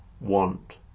want